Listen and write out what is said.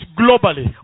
globally